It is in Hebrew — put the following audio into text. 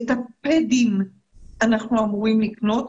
את הפדים אנחנו אמורים לקנות,